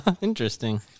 Interesting